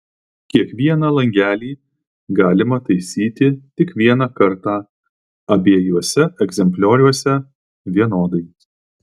kiekvieną langelį galima taisyti tik vieną kartą abiejuose egzemplioriuose vienodai